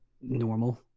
normal